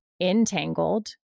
entangled